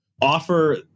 offer